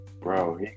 Bro